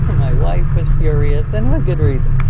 my wife was furious and with good reason.